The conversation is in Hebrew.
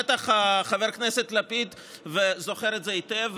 בטח חבר הכנסת לפיד זוכר את זה היטב,